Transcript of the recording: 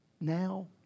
Now